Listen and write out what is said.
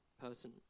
person